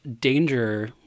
danger